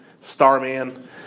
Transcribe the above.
Starman